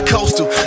Coastal